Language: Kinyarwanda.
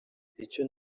icyo